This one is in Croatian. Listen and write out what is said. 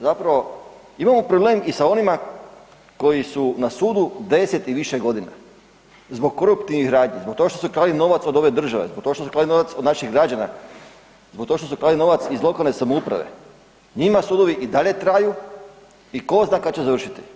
Zapravo, imamo problem i sa onima koji su na sudu 10 i više godina zbog koruptivnih radnji, zbog toga što su krali novac od ove države, zbog toga što su krali novac od naših građana, zbog toga što su krali novac iz lokalne samouprave, njima sudovi i dalje traju i tko zna kad će završiti.